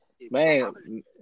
man